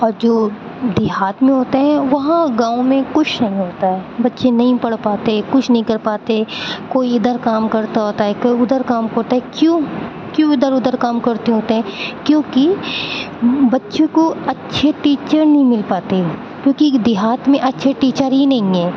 اور جو دیہات میں ہوتا ہے وہاں گاؤں میں کچھ نہیں ہوتا ہے بچے نہیں پڑھ پاتے کچھ نہیں کر پاتے کوئی ادھر کام کرتا ہوتا ہے کوئی ادھر کام ہوتا ہے کیوں کیوں ادھر ادھر کام کرتے ہوتے ہیں کیوںکہ بچوں کو اچھے ٹیچر نہیں مل پاتے کیوںکہ دیہات میں اچھے ٹیچر ہی نہیں ہیں